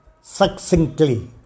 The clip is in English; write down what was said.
succinctly